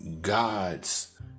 God's